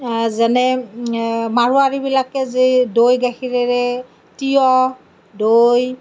যেনে মাৰোৱাৰীবিলাকে যে দৈ গাখীৰেৰে তিয়ঁহ দৈ